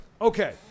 okay